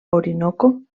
orinoco